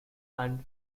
and